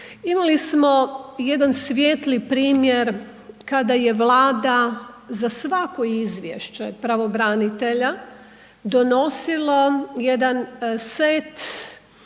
Imali smo jedan svijetli primjer kada je Vlada za svako izvješće pravobranitelja donosila jedan set